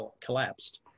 collapsed